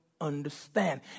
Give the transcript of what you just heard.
understand